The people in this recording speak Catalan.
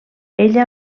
ella